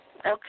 Okay